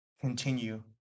continue